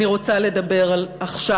אני רוצה לדבר עכשיו,